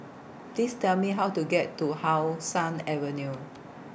Please Tell Me How to get to How Sun Avenue